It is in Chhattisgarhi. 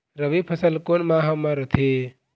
रबी फसल कोन माह म रथे?